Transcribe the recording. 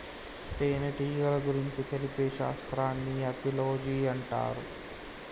తేనెటీగల గురించి తెలిపే శాస్త్రాన్ని ఆపిలోజి అంటారు